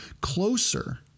closer